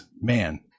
Man